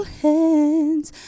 hands